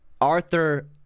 Arthur